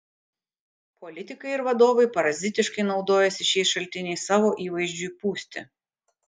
politikai ir vadovai parazitiškai naudojasi šiais šaltiniais savo įvaizdžiui pūsti